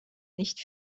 nicht